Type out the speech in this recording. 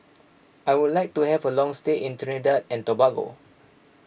I would like to have a long stay in Trinidad and Tobago